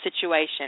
situation